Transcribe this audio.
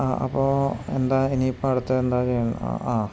അപ്പോള് എന്താണ് ഇനിയിപ്പോള് അടുത്ത എന്താണു ചെയ്യണം